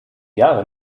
jahre